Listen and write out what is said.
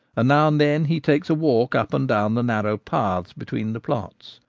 and now and then he takes a walk up and down the narrow paths between the plots.